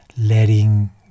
Letting